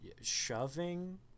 shoving